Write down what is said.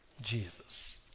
Jesus